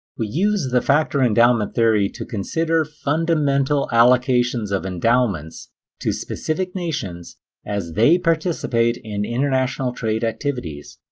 we use the factor-endowment theory to consider fundamental allocations of endowments to specific nations as they participate in international trade activities.